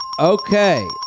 okay